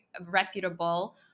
reputable